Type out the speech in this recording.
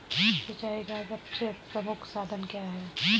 सिंचाई का सबसे प्रमुख साधन क्या है?